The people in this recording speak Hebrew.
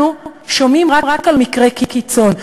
אנחנו שומעים רק על מקרי קיצון,